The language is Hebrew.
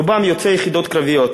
רובם יוצאי יחידות קרביות